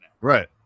right